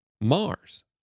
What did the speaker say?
Mars